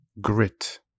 grit